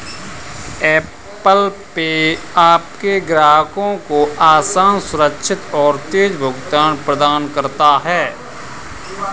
Apple Pay आपके ग्राहकों को आसान, सुरक्षित और तेज़ भुगतान प्रदान करता है